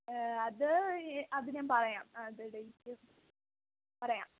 അത് അത് ഞാൻ പറയാം അത് ഡേയ്റ്റ് പറയാം